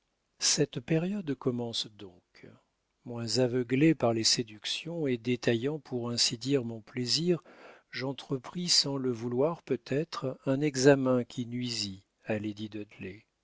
cette période commença donc moins aveuglé par les séductions et détaillant pour ainsi dire mon plaisir j'entrepris sans le vouloir peut-être un examen qui nuisit à lady